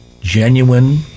genuine